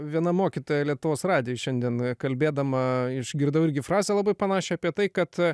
viena mokytoja lietuvos radijui šiandien kalbėdama išgirdau irgi frazę labai panašią apie tai kad